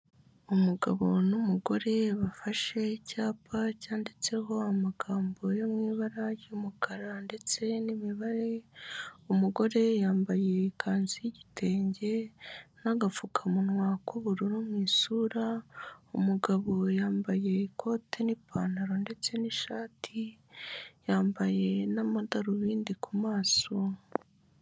Umugabo n'umugore bafashe icyapa cyanditseho amagambo yo mu ibara ry'umukara ndetse n'imibare, umugore yambaye ikanzu y'igitenge, n'agapfukamunwa k'ubururu mu isura, umugabo yambaye ikote n'ipantaro ndetse n'ishati, yambaye n'amadarubindi ku maso.